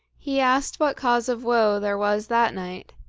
he asked what cause of woe there was that night.